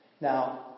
now